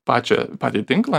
pačią patį tinklą